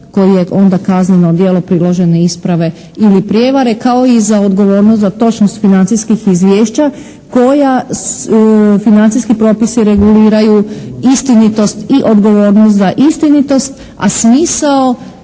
koji je onda kazneno djelo priložene isprave ili prijevare, kao i za odgovornost za točnost financijskih izvješća koja, financijski propisi reguliraju istinitost i odgovornost za istinitost, a smisao